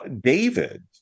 David